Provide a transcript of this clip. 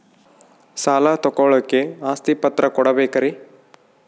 ಸಾಲ ತೋಳಕ್ಕೆ ಆಸ್ತಿ ಪತ್ರ ಕೊಡಬೇಕರಿ?